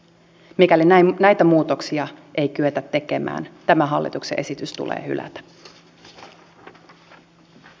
mikäli näitä muutoksia ei kyetä tekemään tämä hallituksen esitys tulee hylätä